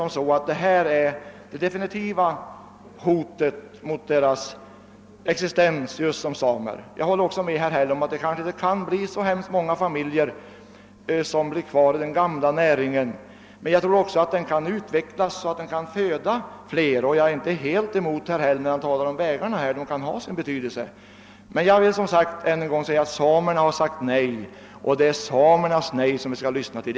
Samerna upplever detta som det definitiva hotet mot sin existens som samer. Jag håller med herr Häll om att det kanske inte kan bli så särskilt många familjer som kan bli kvar i den gamla näringen, men jag tror också att den kan utvecklas så att den kan föda fler. Jag är inte helt emot herr Häll då han i detta sammanhang talar om att Vattenfall gjort en hel del nytta — exempelvis vägarna kan ha sin betydelse. Men jag vill ännu en gång framhålla att samerna har sagt nej, och det är samernas nej vi skall lyssna till.